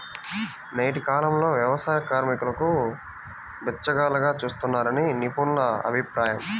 నేటి కాలంలో వ్యవసాయ కార్మికులను బిచ్చగాళ్లుగా చూస్తున్నారని నిపుణుల అభిప్రాయం